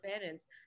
parents